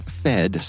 fed